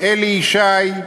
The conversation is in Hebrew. אלי ישי,